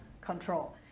control